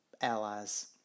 allies